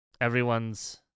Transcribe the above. Everyone's